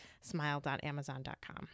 smile.amazon.com